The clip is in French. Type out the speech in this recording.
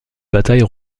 bataille